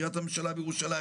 קריית הממשלה בירושלים,